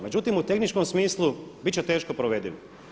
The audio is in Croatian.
Međutim, u tehničkom smislu biti će teško provediv.